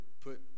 put